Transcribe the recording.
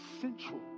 central